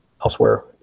elsewhere